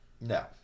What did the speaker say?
No